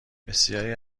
بسیاری